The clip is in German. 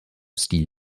stil